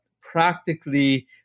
practically